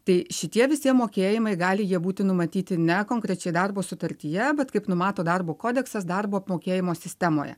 tai šitie visi mokėjimai gali jie būti numatyti ne konkrečiai darbo sutartyje bet kaip numato darbo kodeksas darbo apmokėjimo sistemoje